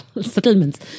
settlements